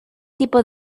tipo